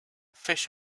fish